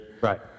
Right